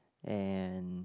and